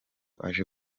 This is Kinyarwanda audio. aje